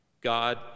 God